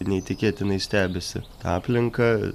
neįtikėtinai stebisi aplinka